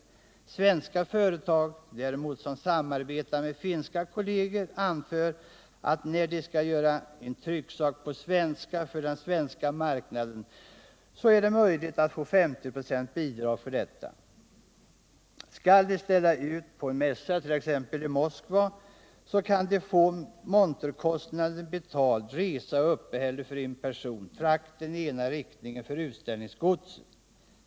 Svenska företag däremot, som samarbetar med finska kolleger, anför att när de skall göra en trycksak på svenska för den svenska marknaden, så är det möjligt att få 50 96 bidrag till detta. Skall de ställa ut på en mässa, t.ex. i Moskva, så kan de få monterkostnaden betald, resa och uppehälle för en person och frakten i ena riktningen för utställningsgodset.